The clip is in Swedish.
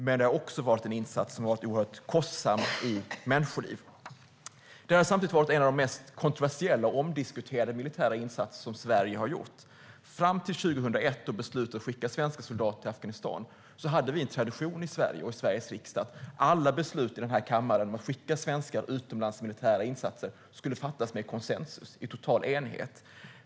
Men det har också varit en insats som har varit oerhört kostsam i människoliv. Det har samtidigt varit en av de mest kontroversiella och omdiskuterade militära insatser som Sverige har gjort. Fram till 2001 och beslutet att skicka svenska soldater till Afghanistan hade vi en tradition i Sverige och i Sveriges riksdag att alla beslut i den här kammaren att skicka svenskar utomlands i militära insatser skulle fattas med konsensus, i total enighet.